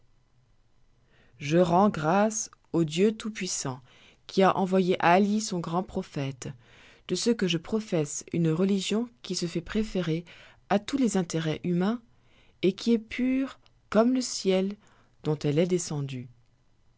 je rends grâces au dieu tout-puissant qui a envoyé ali son grand prophète de ce que je professe une religion qui se fait préférer à tous les intérêts humains et qui est pure comme le ciel dont elle est descendue